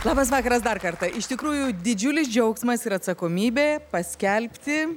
labas vakaras dar kartą iš tikrųjų didžiulis džiaugsmas ir atsakomybė paskelbti